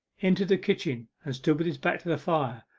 entered the kitchen, and stood with his back to the fire,